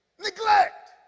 neglect